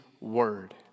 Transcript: word